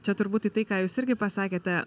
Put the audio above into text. čia turbūt į tai ką jūs irgi pasakėte